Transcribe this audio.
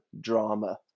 drama